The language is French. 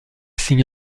signe